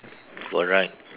correct